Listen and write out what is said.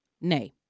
Nay